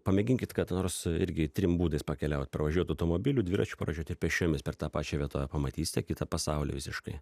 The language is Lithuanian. pamėginkit kada nors irgi trim būdais pakeliaut pravažiuot automobiliu dviračiu pravažiuot ir pėsčiomis per tą pačią vietovę pamatysite kitą pasaulį visiškai